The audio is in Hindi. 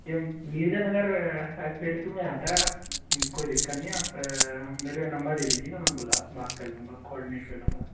जी हम मिर्ज़ा नगर में आता है कोई दिक्कत नहीं है आप मेरे नंबर दे दीजिए ना मैं बुला बात कर लूँगा कोऑर्डिनेट कर लूँगा